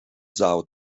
são